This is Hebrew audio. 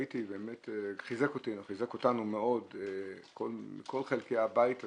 באמת חיזק אותי וחיזק אותנו מאוד בכל חלקי הבית הזה,